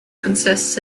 consists